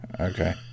Okay